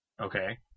Okay